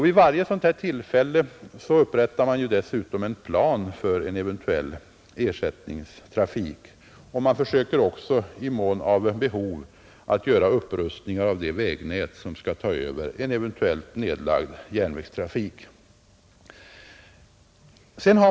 Vid varje sådant tillfälle upprättar man dessutom en plan för en eventuell ersättningstrafik, och man försöker också i mån av behov att göra upprustningar av det vägnät som skall ta över en eventuellt nedlagd järnvägstrafik.